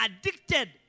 addicted